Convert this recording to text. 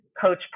coach